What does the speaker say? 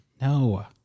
No